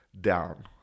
Down